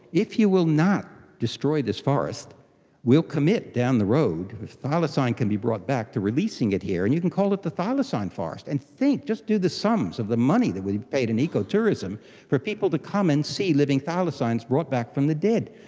if you will not destroy this forest, we will commit down the road, if thylacine can be brought back, to releasing it here and you can call it the thylacine forest. and think, just do the sums of the money that will be paid in ecotourism for people to come and see living thylacines brought back from the dead.